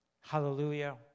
Hallelujah